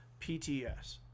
PTS